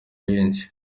benshi